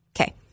okay